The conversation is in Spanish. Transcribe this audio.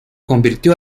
convirtió